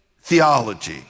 theology